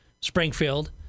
Springfield